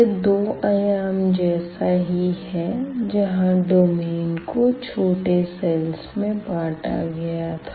यह दो आयाम जैसा ही है जहाँ डोमेन को छोटे सेल्स में बाँटा गया था